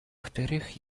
вторых